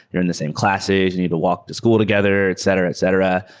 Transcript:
you're in the same classes, you need to walk to school together, etc. etc.